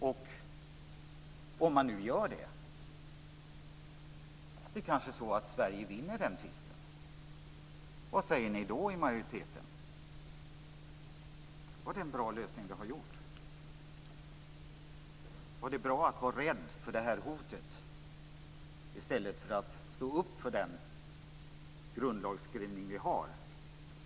Och om man nu gör det, kanske Sverige vinner den tvisten. Vad säger ni då i majoriteten? Är det då en bra lösning vi har gjort? Var det bra att vara rädd för det här hotet i stället för att stå upp för den grundlagsskrivning som vi har?